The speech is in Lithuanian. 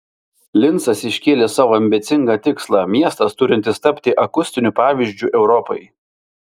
lincas iškėlė sau ambicingą tikslą miestas turintis tapti akustiniu pavyzdžiu europai